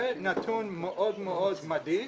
זה נתון מאוד מאוד מדאיג.